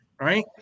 right